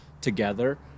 together